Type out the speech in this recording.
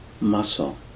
muscle